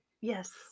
Yes